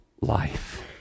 life